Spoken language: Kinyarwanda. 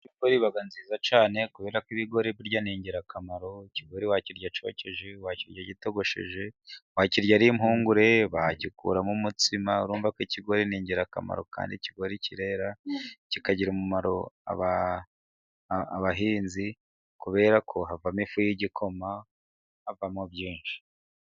Ibigori biba byiza cyane kubera ko ibigori burya ni ingirakamaro; ikigori wakirya cyokeje, wakirya gitogosheje, wakirya ari impungure, bagikuramo umutsima urumva ko ikigori n'ingirakamaro kandi ikigori kirera kikagirirs umumaro abahinzi kubera ko havamo ifu y'igikoma havamo byinshi.